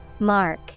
Mark